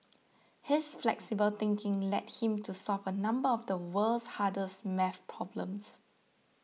his flexible thinking led him to solve a number of the world's hardest math problems